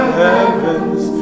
heavens